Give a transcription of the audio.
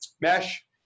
mesh